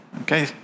Okay